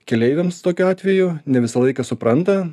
keleiviams tokiu atveju ne visą laiką supranta